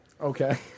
Okay